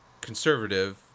conservative